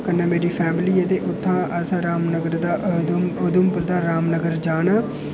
कन्नै मेरी फैमिली ऐ ते उत्थुं असां उधमपुर दा रामनगर जाना